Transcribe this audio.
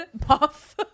puff